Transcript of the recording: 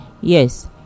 Yes